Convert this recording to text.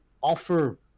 offer